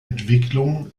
entwicklung